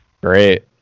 Great